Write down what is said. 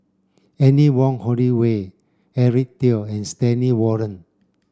Anne Wong Holloway Eric Teo and Stanley Warren